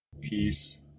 peace